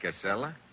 Casella